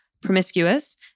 Promiscuous